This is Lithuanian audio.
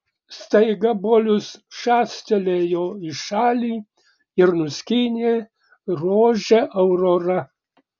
staiga bolius šastelėjo į šalį ir nuskynė rožę aurora